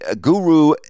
guru